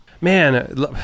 man